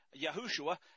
Yahushua